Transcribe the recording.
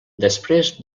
després